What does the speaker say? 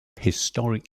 historic